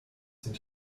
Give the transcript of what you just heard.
sind